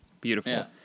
Beautiful